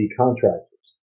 contractors